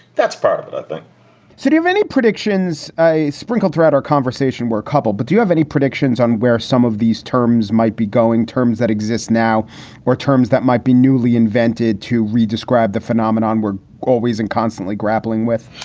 that's part of it, i think so you have any predictions? i sprinkled throughout our conversation were a couple. but do you have any predictions on where some of these terms might be going, terms that exist now or terms that might be newly invented to redescribed the phenomenon we're always in, constantly grappling with?